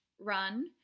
run